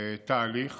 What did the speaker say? תהליך